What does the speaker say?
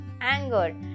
anger